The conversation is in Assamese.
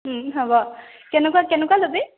হ'ব কেনেকুৱা কেনেকুৱা ল'বি